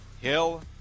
Hill